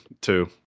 Two